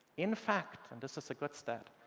in fact, and this is a good step,